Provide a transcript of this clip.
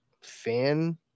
fan